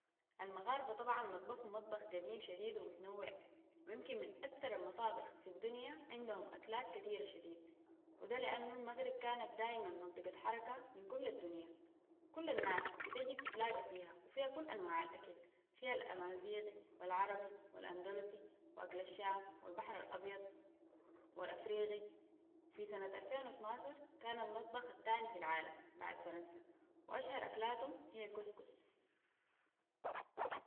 المغاربة طبعا مطبخهم مطبخ قديم شديد ومتنوع ويمكن من أكثر المطابخ في الدنيا عندهم أكلات كثيرة شديد وده لأن المغرب كانت دايما منطقة حركة من كل الدنيا كل الناس بتجيب تتلاقى فيها وفيها كل أنواع الأكل فيها الأمازيغي والعربي والأندلسي وأكل الشام والبحر الأبيض والأفريقي في سنة الفين واطناشر كان المطبخ الثاني في العالم بعد فرنسا وأشهر أكلاتهم هي الكسكس